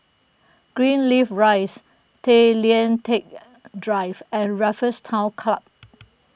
Greenleaf Rise Tay Lian Teck Drive and Raffles Town Club